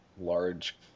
large